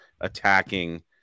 attacking